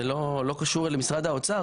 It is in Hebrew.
זה לא קשור למשרד האוצר,